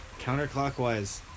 Counterclockwise